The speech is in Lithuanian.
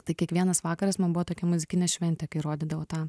tai kiekvienas vakaras man buvo tokia muzikinė šventė kai rodydavo tą